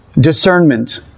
discernment